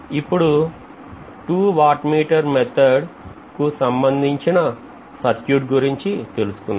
ఇప్పుడు 2 watt meter పద్ధతి కు సంబంధించిన సర్క్యూట్ గురించి తెలుసుకుందాం